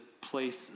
place